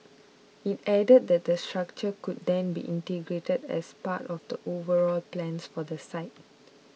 it added that the structure could then be integrated as part of the overall plans for the site